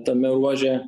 tame ruože